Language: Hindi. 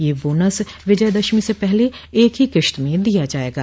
यह बोनस विजयदशमी से पहले एक ही किस्त में दिया जायेगा